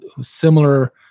similar